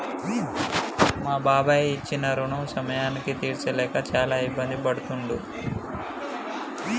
మా బాబాయి ఇచ్చిన రుణం సమయానికి తీర్చలేక చాలా ఇబ్బంది పడుతుండు